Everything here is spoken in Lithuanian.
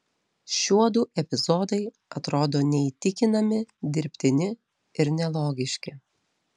šiuodu epizodai atrodo neįtikinami dirbtini ir nelogiški